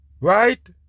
Right